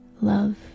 love